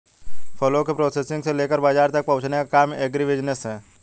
फलों के प्रोसेसिंग से लेकर बाजार तक पहुंचने का काम एग्रीबिजनेस है